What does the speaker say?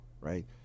right